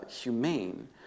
humane